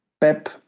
Pep